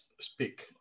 speak